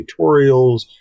tutorials